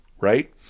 right